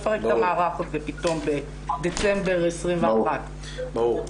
יפרק את המערך הזה פתאום בדצמבר 21. ברור.